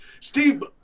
Steve